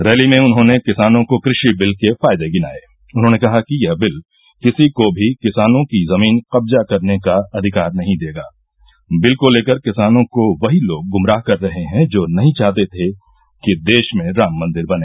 rally में उन्होंने किसानों को कृषि बिल के फायदे गिनाए उन्होंने कहा कि यह बिल किसी को भी किसानों की जमीन कब्जा करने का अधिकार नही देगा बिल को लेकर किसानों को वही लोग गुमराह कर रहे हैं जो नही चाहते थे कि देश मे राम मंदिर बने